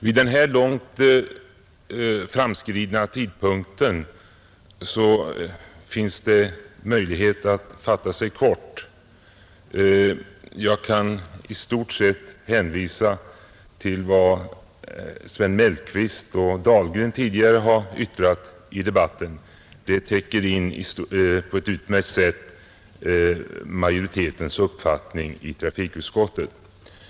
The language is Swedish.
Vid denna långt framskridna tidpunkt finns det möjlighet att fatta sig kort, och jag kan i stort sett hänvisa till vad herrar Mellqvist och Dahlgren tidigare yttrat i debatten. Det täcker på ett utmärkt sätt in majoritetens uppfattning i trafikutskottet.